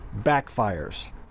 backfires